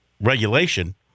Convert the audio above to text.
regulation